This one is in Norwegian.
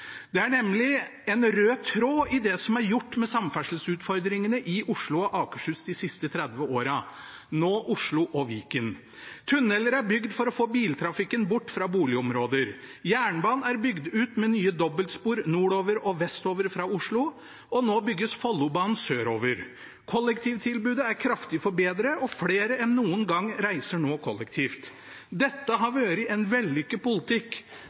Det er nemlig en rød tråd i det som er gjort med samferdselsutfordringene i Oslo og Akershus de siste 30 årene, nå Oslo og Viken. Tunneler er bygd for å få biltrafikken bort fra boligområder. Jernbanen er bygd ut med nye dobbeltspor nordover og vestover fra Oslo, og nå bygges Follobanen sørover. Kollektivtilbudet er kraftig forbedret, og flere enn noen gang reiser nå kollektivt. Dette har vært en vellykket politikk,